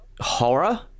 horror